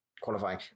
qualifying